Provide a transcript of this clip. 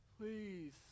Please